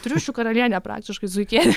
triušių karalienė praktiškai zuikienė